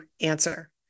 answer